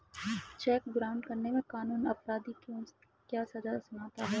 Check fraud करने पर कानून अपराधी को क्या सजा सुनाता है?